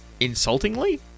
insultingly